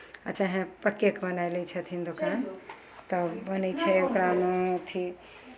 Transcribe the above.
आ चाहे पक्केके बनाय लै छथिन दोकान तब बनै छै ओकरामे अथि